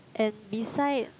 and beside